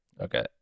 Okay